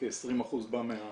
כ-20% בא מ-